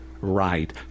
right